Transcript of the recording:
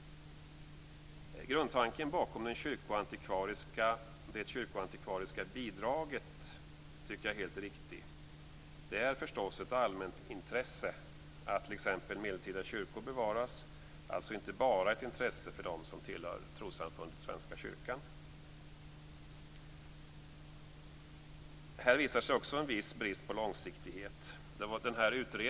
Grundtanken bakom det kyrkoantikvariska bidraget tycker jag är helt riktig. Det är förstås ett allmänintresse att t.ex. medeltida kyrkor bevaras, alltså inte bara ett intresse för dem som tillhör trossamfundet Här visar sig också en viss brist på långsiktighet.